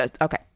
okay